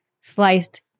sliced